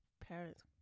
parents